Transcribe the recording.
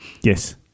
Yes